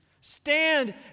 Stand